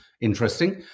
Interesting